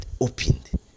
opened